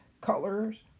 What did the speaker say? colors